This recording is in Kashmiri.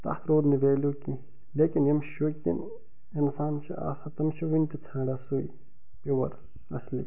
تتھ روٗد نہٕ ویلیٛوٗ کیٚنٛہہ لیکن یم شوقیٖن اِنسان چھِ آسان تِم چھِ وُنہِ تہِ ژھانٛڈان سُے پِیوَر اَصلی